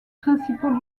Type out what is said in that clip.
principaux